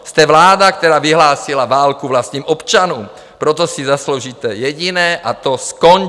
Jste vláda, která vyhlásila válku vlastním občanům, proto si zasloužíte jediné, a to skončit!